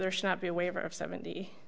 there should not be a waiver of seventy